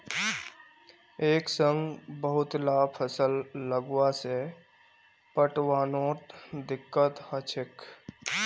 एक संग बहुतला फसल लगावा से पटवनोत दिक्कत ह छेक